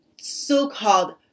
so-called